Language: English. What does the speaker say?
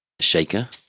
shaker